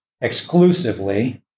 exclusively—